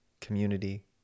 community